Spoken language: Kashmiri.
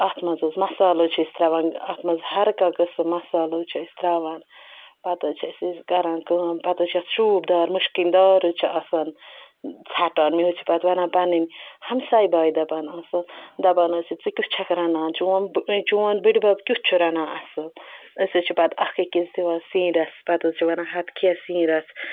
اَتھ منٛز حظ مَصالہٕ حظ چھِ أسۍ ترٛاوان اَتھ منٛز ہَرکانٛہہ قٕسٕم مصالہٕ حظ چھِ أسۍ ترٛاون پَتہٕ حظ چھِ أسۍ کَران کٲم پَتہٕ حظ چھِ اَتھ شوٗبدار مُشکٔنۍ دار حظ چھِ آسان ژھٹان مےٚ حظ چھِ پَتہٕ وَنان پَنٕںۍ ہمساے باے دَپان آسان دَپان حظ چھِ ژٕ کیُٚتھ چھَکھ رَنان چون چون بٔڈِ بَب کیُٚتھ چھُ رَنان اَصٕل أسۍ حظ چھِ پَتہٕ اَکھ أکِس دِوان سِنۍ رَژھ پَتہٕ حظ چھِ وَنان ہَتہٕ کھےٚ سِنۍ رَژھ